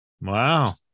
Wow